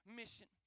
mission